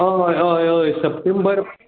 हय हय हय सप्टेंबर